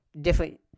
different